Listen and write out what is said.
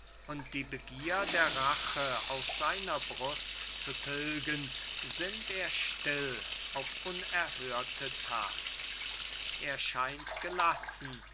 und die begier der rache aus seiner brust zu tilgen sinnt er still auf unerhörte that er scheint gelassen